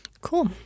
cool